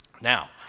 Now